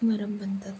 नरम बनतात